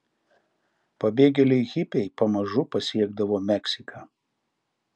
pabėgėliai hipiai pamažu pasiekdavo meksiką